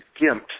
gimped